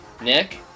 Nick